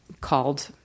called